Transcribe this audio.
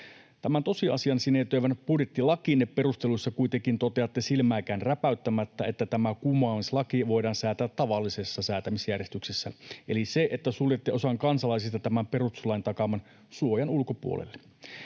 Tämän tosiasian sinetöivän budjettilakinne perusteluissa kuitenkin toteatte silmääkään räpäyttämättä, että tämä kumoamislaki voidaan säätää tavallisessa säätämisjärjestyksessä — eli se, että suljette osan kansalaisista tämän perustuslain takaaman suojan ulkopuolelle.